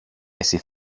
εσύ